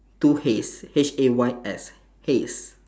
two hays H A Y S hays